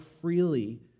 freely